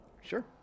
Sure